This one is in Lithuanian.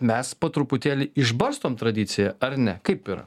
mes po truputėlį išbarstom tradiciją ar ne kaip ir